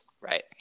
right